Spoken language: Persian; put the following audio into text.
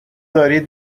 دارید